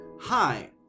Hi